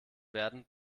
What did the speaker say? werden